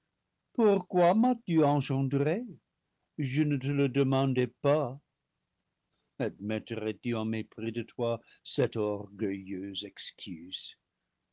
pourquoi m'as-tu engen dré je ne te le demandais pas admettrais tu en mépris de toi cette orgueilleuse excuse